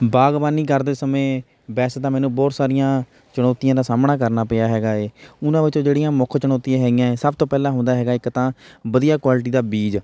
ਬਾਗਬਾਨੀ ਕਰਦੇ ਸਮੇਂ ਵੈਸੇ ਤਾਂ ਮੈਨੂੰ ਬਹੁਤ ਸਾਰੀਆਂ ਚੁਣੌਤੀਆਂ ਦਾ ਸਾਹਮਣਾ ਕਰਨਾ ਪਿਆ ਹੈਗਾ ਏ ਉਹਨਾਂ ਵਿੱਚੋਂ ਜਿਹੜੀਆਂ ਮੁੱਖ ਚੁਣੌਤੀਆਂ ਹੈਗੀਆਂ ਸਭ ਤੋਂ ਪਹਿਲਾਂ ਹੁੰਦਾ ਹੈਗਾ ਇੱਕ ਤਾਂ ਵਧੀਆ ਕੁਆਲਿਟੀ ਦਾ ਬੀਜ